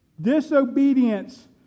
Disobedience